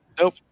Nope